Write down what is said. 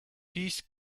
peace